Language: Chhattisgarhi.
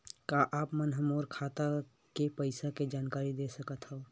का आप मन ह मोला मोर खाता के पईसा के जानकारी दे सकथव?